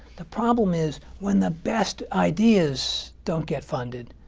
the problem is, when the best ideas don't get funded,